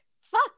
fuck